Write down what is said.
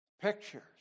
pictures